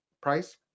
price